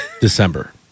December